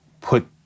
put